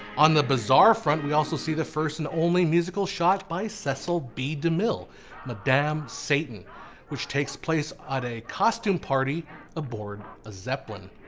on the bizarre front we also see the first and only musical shot by cecil b. demille madame satan which takes place at costume party aboard a zeppelin.